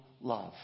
love